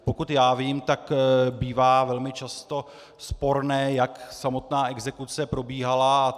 Pokud vím, tak bývá velmi často sporné, jak samotná exekuce probíhala.